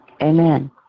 Amen